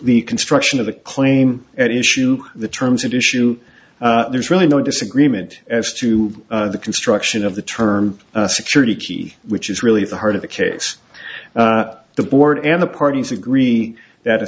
the construction of the claim at issue the terms of issue there's really no disagreement as to the construction of the term security which is really the heart of the case the board and the parties agree that